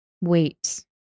wait